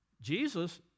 Jesus